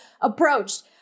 approached